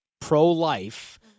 pro-life